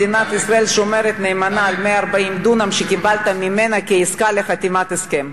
מדינת ישראל שומרת נאמנה על 140 הדונם שקיבלת ממנה כעסקה לחתימת הסכם,